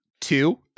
two